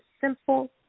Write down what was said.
simple